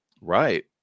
Right